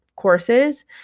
courses